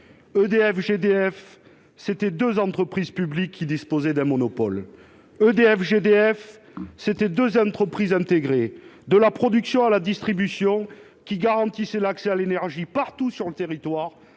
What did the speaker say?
EDF-GDF, c'était deux entreprises publiques qui disposaient d'un monopole ; EDF-GDF, c'était deux entreprises intégrées, de la production à la distribution, qui garantissaient l'accès à l'énergie partout sur le territoire